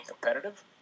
competitive